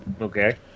Okay